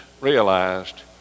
realized